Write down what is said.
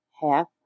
half